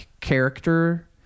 character